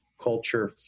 culture